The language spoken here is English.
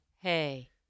Hey